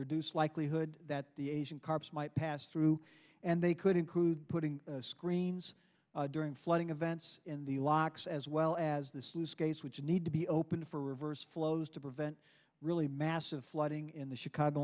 reduced likelihood that the asian carp might pass through and they could include putting screens during flooding events in the locks as well as the sluice gates which need to be open for reverse flows to prevent really massive flooding in the chicago